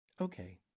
Okay